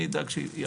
אני אדאג שיהיה.